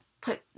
put